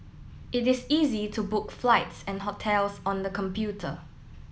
it is easy to book flights and hotels on the computer